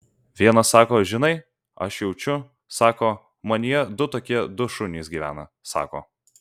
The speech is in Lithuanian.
vienas sako žinai aš jaučiu sako manyje du tokie du šunys gyvena sako